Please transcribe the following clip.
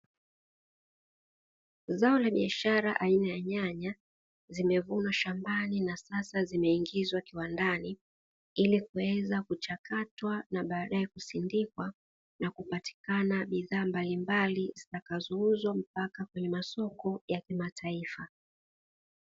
Zao la biashara aina ya nyanya, zimevunwa shambani na sasa zimeingizwa kiwandani, ili kuweza kuchakatwa na baadaye kusindikwa na kupatikana bidhaa mbalimbali, zitakazouzwa mpaka kwenye masoko ya kimataifa.